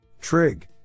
Trig